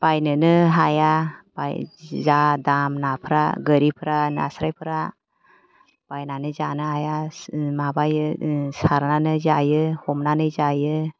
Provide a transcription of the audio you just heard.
बायनोनो हाया जा दाम नाफ्रा गोरिफ्रा नास्राइफ्रा बायनानै जानो हाया जोङो माबायो सारनानै जायो हमनानै जायो